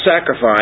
sacrifice